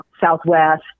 Southwest